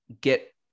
get